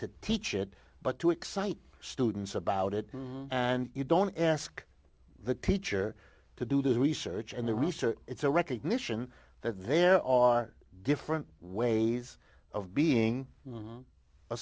to teach it but to excite students about it and you don't ask the teacher to do this research and the research it's a recognition that there are different ways of being